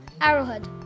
Arrowhead